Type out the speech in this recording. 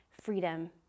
freedom